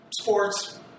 sports